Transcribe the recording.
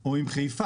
או עם חיפה